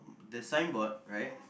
the signboard right